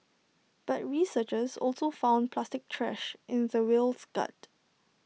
but researchers also found plastic trash in the whale's gut